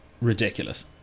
ridiculous